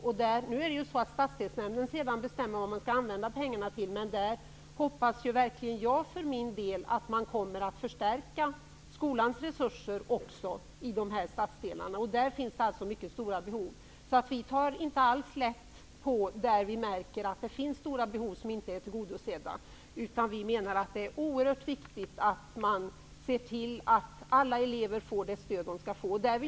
Sedan är det stadsdelsnämnden som bestämmer vad man skall använda pengarna till, men jag för min del hoppas att man också kommer att förstärka skolans resurser i de här stadsdelarna; där finns det mycket stora behov. Vi tar alltså inte alls lätt på detta där vi märker att det finns stora behov som inte är tillgodosedda, utan vi menar att det är oerhört viktigt att man ser till att alla elever får det stöd de skall få.